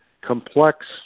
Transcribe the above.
complex